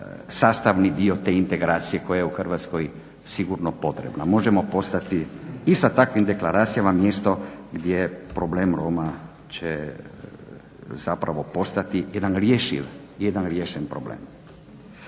sastavni dio te integracije koja je u Hrvatskoj sigurno potrebna. Možemo postati i sa takvim deklaracijama mjesto gdje problem Roma će zapravo postati jedan riješen problem.